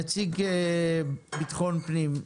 נציג המשרד לביטחון פנים,